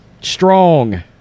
strong